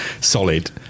solid